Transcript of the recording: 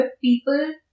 people